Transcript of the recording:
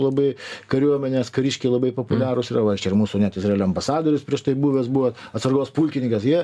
labai kariuomenės kariškiai labai populiarūs yra va čia ir mūsų net izraelio ambasadorius prieš tai buvęs buvo atsargos pulkininkas jie